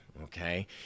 okay